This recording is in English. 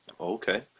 Okay